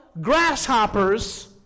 grasshoppers